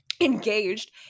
engaged